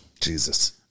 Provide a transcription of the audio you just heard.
Jesus